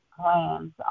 plans